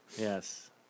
Yes